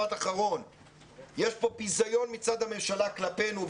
יש פה ביזיון מצד הממשלה כלפינו,